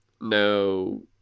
no